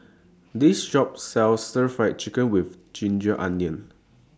This Shop sells Stir Fry Chicken with Ginger Onions